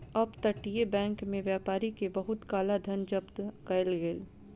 up तटीय bank में व्यापारी के बहुत काला धन जब्त कएल गेल